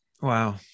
Wow